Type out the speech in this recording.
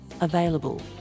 available